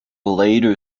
later